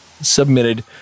Submitted